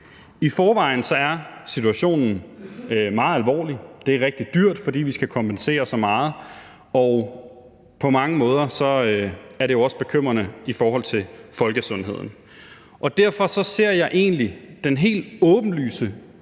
I forvejen er situationen meget alvorlig, det er rigtig dyrt, fordi vi skal kompensere så meget, og på mange måder er det jo også bekymrende i forhold til folkesundheden. Derfor ser jeg egentlig den helt åbenlyse